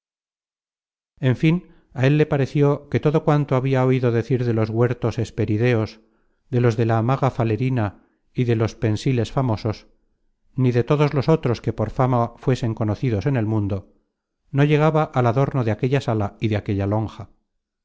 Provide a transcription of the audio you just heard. en fin á él le pareció que todo cuanto habia oido decir de los huertos hesperideos de los de la maga falerina de los pensiles famosos ni de todos los otros que por fama fuesen conocidos en el mundo no llegaba al adorno de aquella sala y de aquella lonja